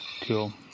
Cool